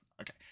Okay